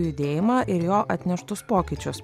judėjimą ir jo atneštus pokyčius